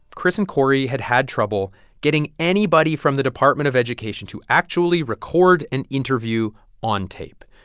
chris and cory had had trouble getting anybody from the department of education to actually record an interview on tape.